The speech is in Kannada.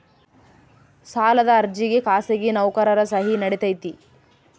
ಸಾಲದ ಅರ್ಜಿಗೆ ಖಾಸಗಿ ನೌಕರರ ಸಹಿ ನಡಿತೈತಿ?